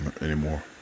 anymore